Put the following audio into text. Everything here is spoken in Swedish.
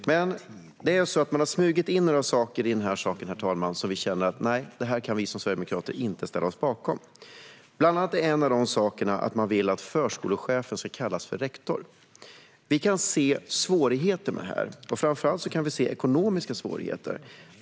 Men, herr talman, man har smugit in några saker i förslaget som vi sverigedemokrater känner att vi inte kan ställa oss bakom. En av de sakerna är att man vill att förskolechefer ska kallas rektorer. Vi kan se svårigheter med det. Framför allt kan vi se ekonomiska svårigheter.